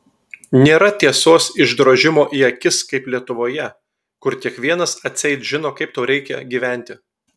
nėra tiesos išdrožimo į akis kaip lietuvoje kur kiekvienas atseit žino kaip tau reikia gyventi